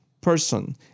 person